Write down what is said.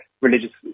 religious